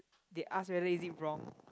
they ask whether is it wrong